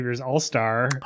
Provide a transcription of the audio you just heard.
all-star